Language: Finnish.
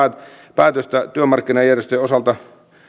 päätöstä työmarkkinajärjestöjen osalta